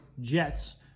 Jets